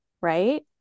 right